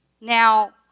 Now